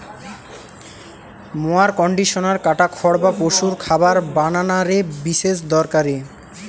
mower conditioner কাটা খড় বা পশুর খাবার বানানা রে বিশেষ দরকারি